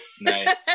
Nice